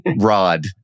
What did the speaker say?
rod